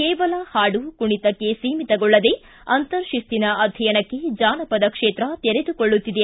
ಕೇವಲ ಹಾಡು ಕುಣಿತಕ್ಕೆ ಸೀಮಿತಗೊಳ್ಳದೆ ಅಂತರ ಶಿಸ್ತಿನ ಅಧ್ಯಯನಕ್ಕೆ ಜಾನಪದ ಕ್ಷೇತ್ರ ತೆರೆದುಕೊಳ್ಳುತ್ತಿದೆ